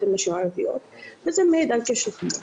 הן נשים ערביות וזה מעיד על כשל חמור.